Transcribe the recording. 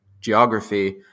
geography